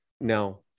Now